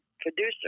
producer